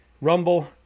Rumble